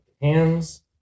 hands